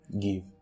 give